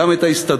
גם את ההסתדרות.